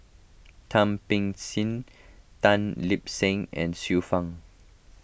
Thum Ping Tjin Tan Lip Seng and Xiu Fang